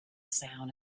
sound